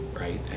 right